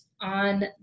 on